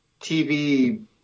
TV